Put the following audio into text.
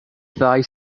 ddau